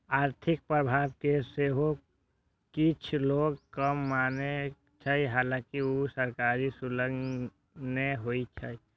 आर्थिक प्रभाव कें सेहो किछु लोक कर माने छै, हालांकि ऊ सरकारी शुल्क नै होइ छै